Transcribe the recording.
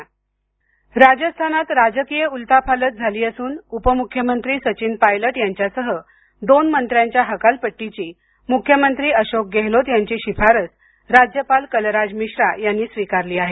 राजस्थान राजस्थानात राजकीय उलथापालथ झाली असून उपमुख्यमंत्री सचिन पायलट यांच्यासह दोन मंत्र्यांच्या हकालपट्टीची मुख्यमंत्री अशोक गहलोत यांची शिफारस राज्यपाल कलराज मिश्रा यांनी स्वीकारली आहे